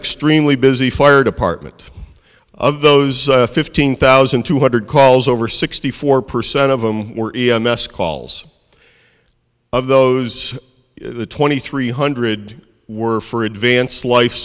extremely busy fire department of those fifteen thousand two hundred calls over sixty four percent of them were e m s calls of those twenty three hundred were for advanced life